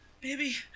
baby